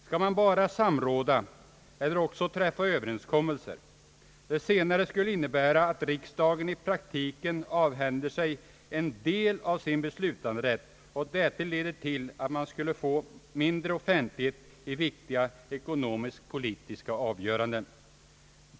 Skall man bara samråda eller också träffa överenskommelser? Det senare skulle innebära att riksdagen i praktiken avhänder sig en del av sin beslutanderätt och dessutom leda till minskad offentlighet när det gäller viktiga ekonomisk-politiska avgöranden.